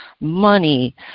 money